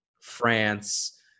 France